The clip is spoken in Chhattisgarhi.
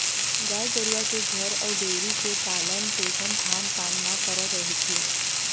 गाय गरुवा के घर अउ डेयरी के पालन पोसन खान पान म फरक रहिथे